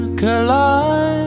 collide